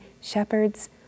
shepherds